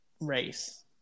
race